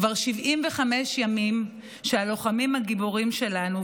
כבר 75 ימים שהלוחמים הגיבורים שלנו,